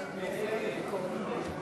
ההצעה להסיר מסדר-היום